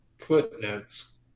Footnotes